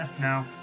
No